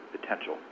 potential